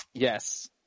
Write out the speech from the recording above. Yes